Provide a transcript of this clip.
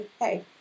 hey